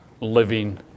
living